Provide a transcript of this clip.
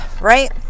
right